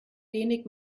wenig